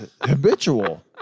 habitual